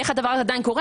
איך הדבר הזה עדיין קורה?